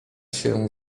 się